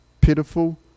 pitiful